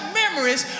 memories